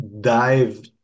dive